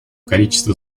количество